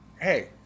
hey